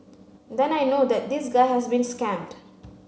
then I know that this guy has been scammed